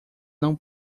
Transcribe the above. não